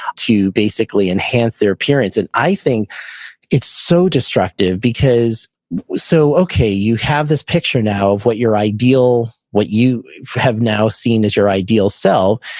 to basically enhance their appearance. and i think it's so destructive because so okay, you have this picture now of what your ideal, what you have now seen as your ideal self.